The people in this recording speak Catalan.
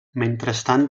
mentrestant